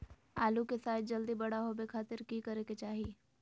आलू के साइज जल्दी बड़ा होबे खातिर की करे के चाही?